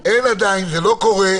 אבל אין עדיין ולא קורה,